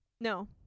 No